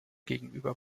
gegenüber